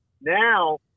Now